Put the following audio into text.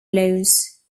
laws